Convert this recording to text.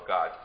God